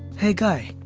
hey guy.